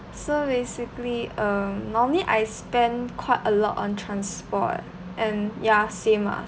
so basically um normally I spend quite a lot on transport and ya same ah